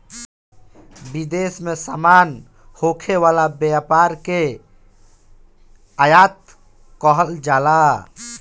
विदेश में सामान होखे वाला व्यापार के आयात कहल जाला